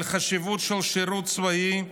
על החשיבות של שירות צבאי,